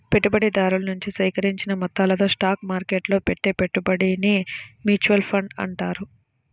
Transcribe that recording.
పెట్టుబడిదారుల నుంచి సేకరించిన మొత్తాలతో స్టాక్ మార్కెట్టులో పెట్టే పెట్టుబడినే మ్యూచువల్ ఫండ్ అంటారు